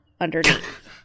underneath